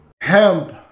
hemp